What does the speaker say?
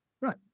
Right